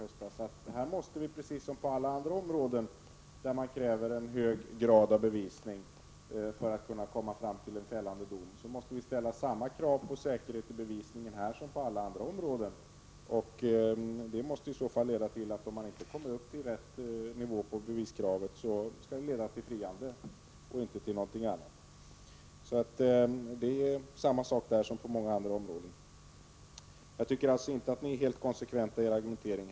Här måste vi ställa samma krav på säkerhet som på alla andra områden där det krävs en hög grad av bevisning för att man skall kunna komma fram till en fällande dom. Det måste också leda till att om beviskravet inte tillgodoses i tillräcklig utsträckning, skall detta medföra friande och inte någonting annat. Det gäller alltså samma sak där som på många andra områden. Jag tycker alltså inte att ni är helt konsekventa i er argumentering.